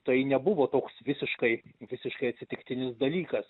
tai nebuvo toks visiškai visiškai atsitiktinis dalykas